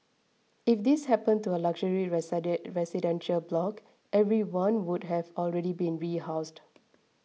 if this happened to a luxury residential block everyone would have already been rehoused